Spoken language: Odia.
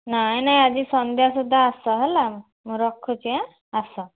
ନାହିଁ ନାହିଁ ଆଜି ସନ୍ଧ୍ୟା ସୁଦ୍ଧା ଆସ ହେଲା ରଖୁଛି ଆସ